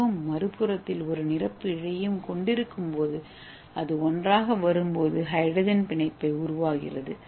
ஏவையும் மறுபுறத்தில் ஒரு நிரப்பு இழையையும் கொண்டிருக்கும்போது அது ஒன்றாக வரும்போது ஹைட்ரஜன் பிணைப்பை உருவாக்குகிறது